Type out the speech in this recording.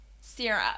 Syrup